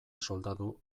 soldadu